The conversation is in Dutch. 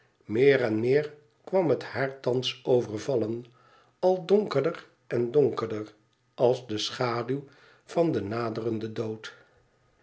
meer en meer kwam het haar thans overvallen al donkerder en donkerder als de schaduw van den naderenden dood